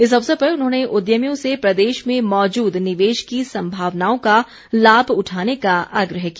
इस अवसर पर उन्होंने उद्यमियों से प्रदेश में मौजूद निवेश की संभावनाओं का लाभ उठाने का आग्रह किया